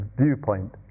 viewpoint